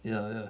ya ya